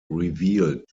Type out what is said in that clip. revealed